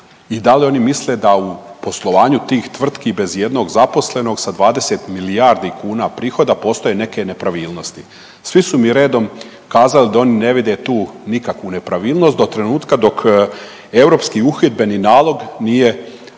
i da li oni misle da u poslovanju tih tvrtki bez ijednog zaposlenog sa 20 milijardi kuna prihoda postoje neke nepravilnosti. Svi su mi redom kazali da oni ne vide tu nikakvu nepravilnost do trenutka dok europski uhidbeni nalog nije poslan